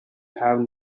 have